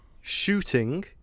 shooting